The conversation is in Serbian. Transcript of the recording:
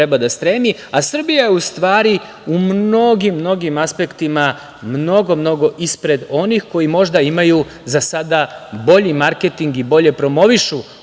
a Srbija je u stvari u mnogim, mnogim aspektima mnogo, mnogo ispred onih koji možda imaju za sada bolji marketing i bolje promovišu